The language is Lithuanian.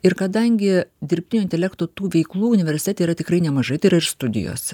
ir kadangi dirbtinio intelekto tų veiklų universitete yra tikrai nemažai tai yra ir studijos